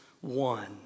one